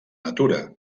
natura